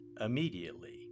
immediately